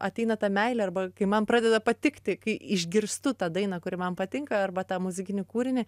ateina ta meilė arba kai man pradeda patikti kai išgirstu tą dainą kuri man patinka arba tą muzikinį kūrinį